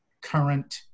current